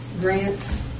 Grants